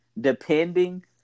depending